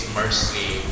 mercy